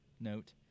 note